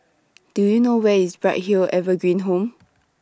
Do YOU know Where IS Bright Hill Evergreen Home